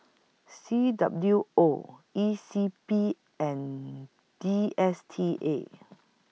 C W O E C P and D S T A